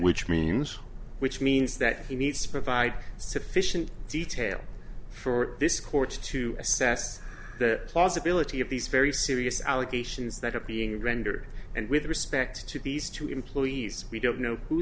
which means which means that he needs to provide sufficient detail for this court to assess the plausibility of these very serious allegations that are being rendered and with respect to these two employees we don't know who